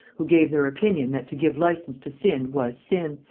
who gave their opinion that to give license to sin was sin,